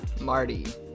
Marty